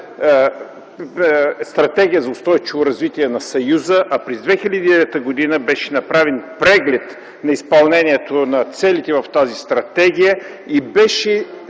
Стратегия за устойчиво развитие на Съюза, а през 2009 г. беше направен преглед на изпълнението на целите в тази стратегия. Беше